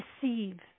deceive